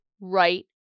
right